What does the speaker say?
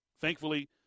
Thankfully